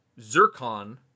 Zircon